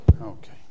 okay